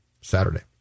Saturday